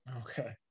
okay